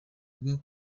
bwo